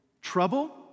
trouble